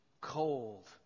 cold